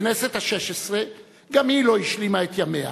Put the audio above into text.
הכנסת השש-עשרה גם היא לא השלימה את ימיה.